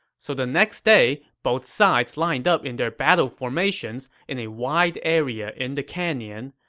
so the next day, both sides lined up in their battle formations in a wide area in the canyon.